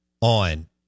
on